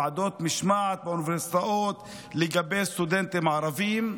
ועדות משמעת באוניברסיטאות לגבי סטודנטים ערבים.